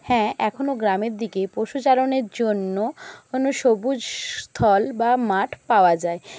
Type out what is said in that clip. হ্যাঁ এখনও গ্রামের দিকে পশুচারণের জন্য কোনো সবুজ স্থল বা মাঠ পাওয়া যায়